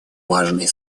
важной